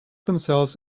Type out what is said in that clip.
themselves